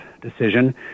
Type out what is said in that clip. decision